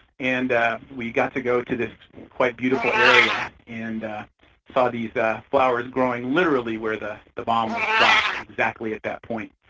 and we got to go to this quite beautiful area and saw these flowers growing literally where the the bomb was dropped, exactly at that point.